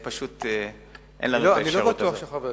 אין לנו אפשרות כזאת.